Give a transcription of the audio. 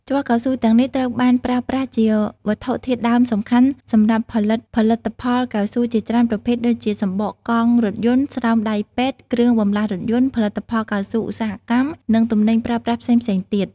ជ័រកៅស៊ូទាំងនេះត្រូវបានប្រើប្រាស់ជាវត្ថុធាតុដើមសំខាន់សម្រាប់ផលិតផលិតផលកៅស៊ូជាច្រើនប្រភេទដូចជា សំបកកង់រថយន្ត ស្រោមដៃពេទ្យ គ្រឿងបន្លាស់រថយន្ត ផលិតផលកៅស៊ូឧស្សាហកម្ម និងទំនិញប្រើប្រាស់ផ្សេងៗទៀត។